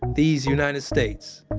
these united states.